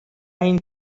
این